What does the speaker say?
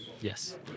Yes